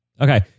Okay